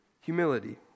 Humility